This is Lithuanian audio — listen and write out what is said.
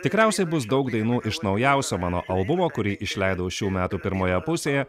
tikriausiai bus daug dainų iš naujausio mano albumo kurį išleidau šių metų pirmoje pusėje